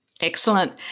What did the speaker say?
Excellent